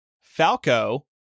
Falco